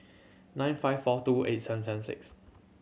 nine five four two eight seven seven six